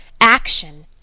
ACTION